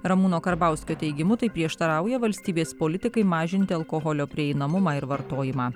ramūno karbauskio teigimu tai prieštarauja valstybės politikai mažinti alkoholio prieinamumą ir vartojimą